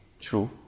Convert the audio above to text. True